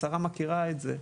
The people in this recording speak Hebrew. השרה מכירה את זה,